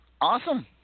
Awesome